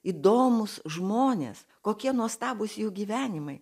įdomūs žmonės kokie nuostabūs jų gyvenimai